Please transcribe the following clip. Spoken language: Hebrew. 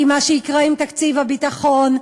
כי מה שיקרה עם תקציב הביטחון,